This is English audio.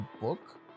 book